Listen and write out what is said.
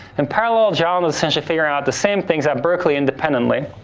in parallel, john was essentially figuring out the same things at berkeley independently,